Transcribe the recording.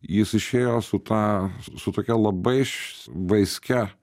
jis išėjo su ta su tokia labai š s vaiskia